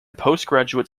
postgraduate